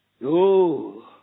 no